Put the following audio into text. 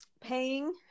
paying